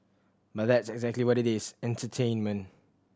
but that's exactly what it is entertainment